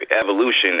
evolution